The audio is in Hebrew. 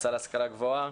המועצה להשכלה גבוהה,